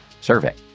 survey